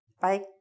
Bye